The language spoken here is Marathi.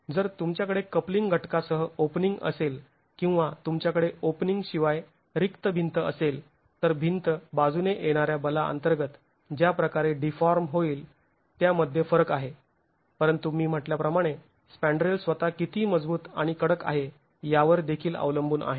जर तुमच्याकडे कपलिंग घटकांसह ओपनिंग असेल किंवा तुमच्याकडे ओपनिंग शिवाय रिक्त भिंत असेल तर भिंत बाजूने येणाऱ्या बला अंतर्गत ज्या प्रकारे डीफाॅर्म होईल त्यामध्ये फरक आहे परंतु मी म्हटल्याप्रमाणे स्पंड्रेल स्वतः किती मजबूत आणि कडक आहे यावर देखील अवलंबून आहे